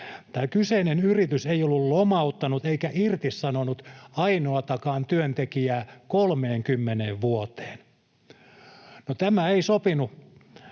Tämä kyseinen yritys ei ollut lomauttanut eikä irtisanonut ainoatakaan työntekijää 30 vuoteen. No, tämä ei sopinut